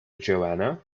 joanna